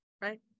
right